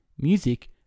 music